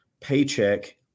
paycheck